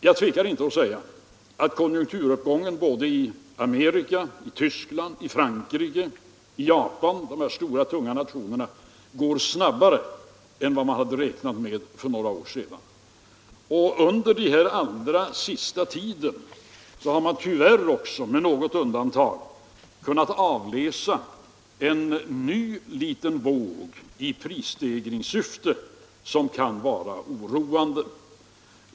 Jag tvekar inte att säga att konjunkturuppgången i Amerika, Tyskland, Frankrike och Japan, dvs. i de stora och tunga nationerna, går snabbare än man hade räknat med för några år sedan. Under den allra senaste tiden har man tyvärr också, med något undantag, kunnat avläsa en ny, liten prisstegringsvåg som kan vara oroande.